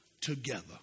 together